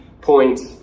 points